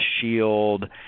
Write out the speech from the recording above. shield